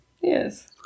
Yes